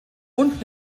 unten